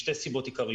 משתי סיבות מהותיות